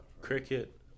cricket